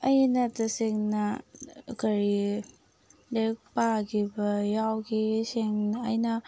ꯑꯩꯅ ꯇꯁꯦꯡꯅ ꯀꯔꯤ ꯂꯥꯏꯔꯤꯛ ꯄꯥꯈꯤꯕ ꯌꯥꯎꯈꯤ ꯁꯦꯡꯅ ꯑꯩꯅ